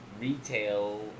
retail